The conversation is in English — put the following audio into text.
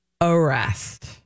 arrest